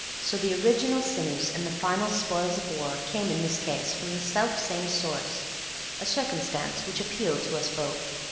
so the original sinews and the final spoils of war came in this case from the self-same source a circumstance which appealed to us both.